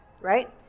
right